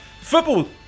football